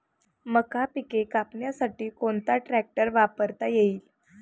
मका पिके कापण्यासाठी कोणता ट्रॅक्टर वापरता येईल?